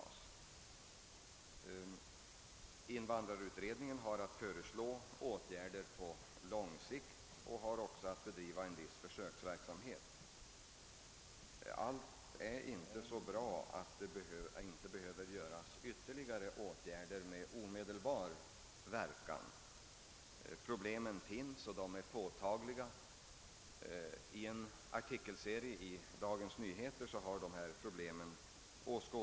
Han framhåller att invandrarutredningen har att föreslå åtgärder på lång sikt och även bedriver viss försöksverksamhet. Allt är dock inte så bra att det inte behöver vidtas ytterligare åtgärder med omedelbar verkan. Problemen finns, och de är påtagliga. Dessa problem har åskådliggjorts i en artikelserie i Dagens Nyheter.